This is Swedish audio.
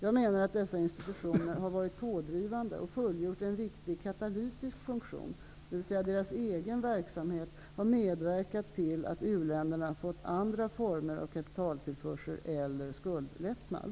Jag menar att dessa institutioner har varit pådrivande och fullgjort en viktig katalytisk funktion, dvs. deras egen verksamhet har medverkat till att u-länderna fått andra former av kapitaltillförsel eller skuldlättnad.